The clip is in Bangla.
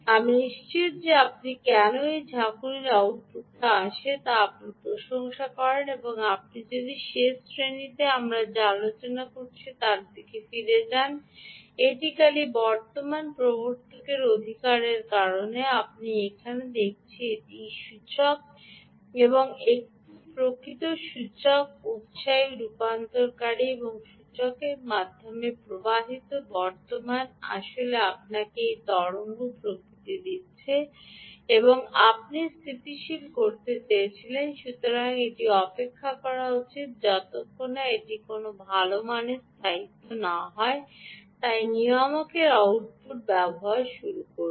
আমি নিশ্চিত যে আপনি কেন এই ঝাঁকুনির আউটপুটটি আসে তা আপনি প্রশংসা করেন এবং আপনি যদি শেষ শ্রেণিতে আমরা যা আলোচনা করেছি তা ফিরে যান তবে এটি খালি বর্তমান প্রবর্তকের অধিকারের কারণে আপনি এখানে দেখেছেন এটিই সূচক এবং এটিই প্রকৃত সূচক উত্সাহী রূপান্তরকারী এবং সূচক মাধ্যমে প্রবাহিত বর্তমান আসলে আপনাকে এই তরঙ্গ প্রকৃতি দিচ্ছে এবং আপনি স্থিতিশীল করতে চেয়েছিলেন সুতরাং এটি অপেক্ষা করা উচিত যতক্ষণ না এটি কোনও ভাল মানের স্থায়িত্ব না হয় তাই নিয়ামকের আউটপুট ব্যবহার শুরু করুন